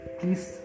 please